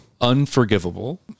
unforgivable